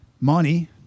money